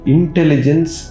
Intelligence